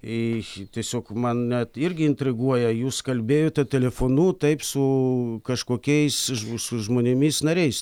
į tiesiog man net irgi intriguoja jūs kalbėjote telefonu taip su kažkokiais žmo su žmonėmis nariais